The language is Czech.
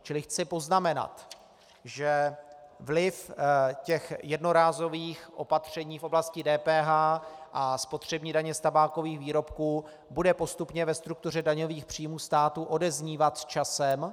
Čili chci poznamenat, že vliv jednorázových opatření v oblasti DPH a spotřební daně z tabákových výrobků bude postupně ve struktuře daňových příjmů státu odeznívat časem.